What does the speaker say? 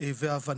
ועל ההבנה.